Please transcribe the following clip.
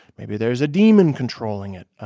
maybe there is a demon controlling it,